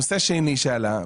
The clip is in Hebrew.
נושא שני שעלה,